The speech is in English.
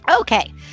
Okay